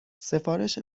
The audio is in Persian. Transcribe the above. سفارش